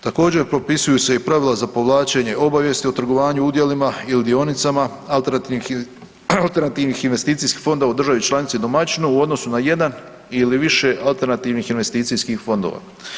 Također propisuju se i pravila za povlačenje obavijesti o trgovanju udjelima i u dionicama alternativnih investicijskih fondova u državi članici domaćinu u odnosu na jedan ili više alternativnih investicijskih fondova.